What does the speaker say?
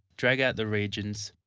drag out the regions,